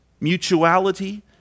mutuality